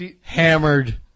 Hammered